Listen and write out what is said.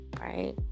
right